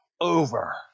over